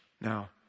Now